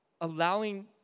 allowing